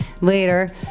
later